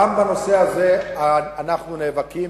גם בנושא הזה אנחנו נאבקים,